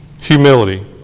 Humility